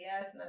yes